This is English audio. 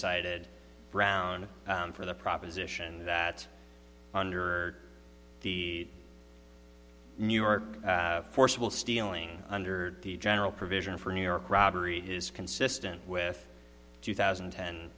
cited brown for the proposition that under the new york forcible stealing under the general provision for new york robbery is consistent with two thousand and ten